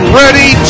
ready